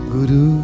Guru